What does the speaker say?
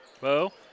Bo